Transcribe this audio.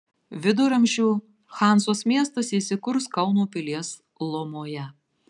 viduramžių hanzos miestas įsikurs kauno pilies lomoje